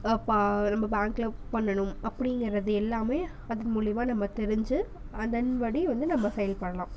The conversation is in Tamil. பா நம்ம பேங்கில் பண்ணணும் அப்படிங்கிறது எல்லாமே அது மூலயுமா நம்ம தெரிஞ்சு அதன்படி வந்து நம்ம செயல்படலாம்